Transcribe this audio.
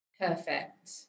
Perfect